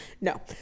No